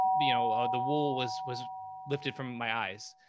but you know, the wool was, was lifted from my eyes.